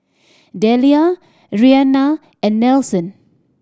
Delia Reanna and Nelson